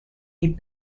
les